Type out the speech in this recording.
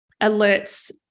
alert's